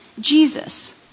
Jesus